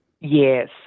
Yes